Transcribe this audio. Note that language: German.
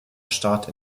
staat